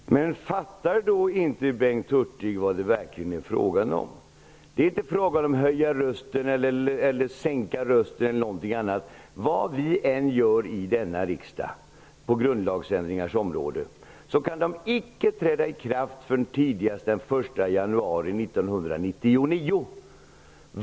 Fru talman! Fattar då inte Bengt Hurtig vad det verkligen är fråga om? Det är inte fråga om att höja eller sänka rösten eller någonting annat. Oavsett vilka ändringar vi än beslutar om i denna riksdag på grundlagsändringarnas område, kan de icke träda i kraft förrän tidigast den 1 januari 1999.